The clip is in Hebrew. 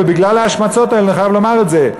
אבל בגלל ההשמצות האלה אני חייב לומר את זה,